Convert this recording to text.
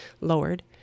lowered